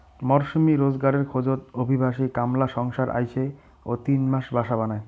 মরসুমী রোজগারের খোঁজত অভিবাসী কামলা সংসার আইসে ও তিন মাস বাসা বানায়